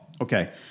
Okay